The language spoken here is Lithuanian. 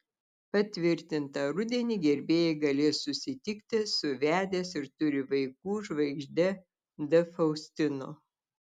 patvirtinta rudenį gerbėjai galės susitikti su vedęs ir turi vaikų žvaigžde d faustino